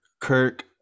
Kirk